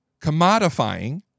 commodifying